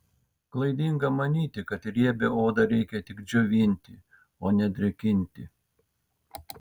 klaidinga manyti kad riebią odą reikia tik džiovinti o ne drėkinti